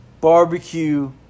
Barbecue